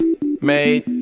Made